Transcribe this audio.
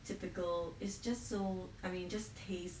typical is just so I mean just taste